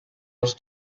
els